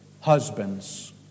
husbands